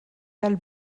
tal